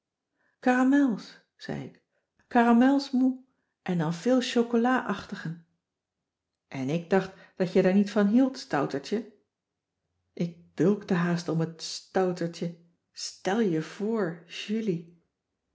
zei ik caramels moux en dan veel chocola achtigen en ik dacht dat je daar niet van hield stoutertje ik bulkte haast om het stoutertje stèl je voor julie